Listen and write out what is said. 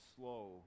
slow